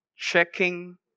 Checking